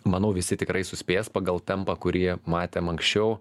manau visi tikrai suspės pagal tempą kurį matėm anksčiau